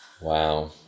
Wow